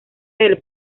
del